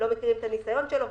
לא מכירים את הניסיון שלו,